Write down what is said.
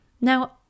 now